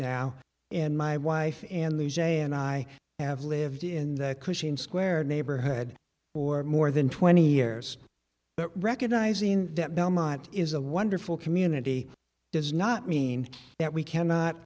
now and my wife and the j and i have lived in the cushing square neighborhood or more than twenty years but recognizing that belmont is a wonderful community does not mean that we cannot